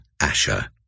Asher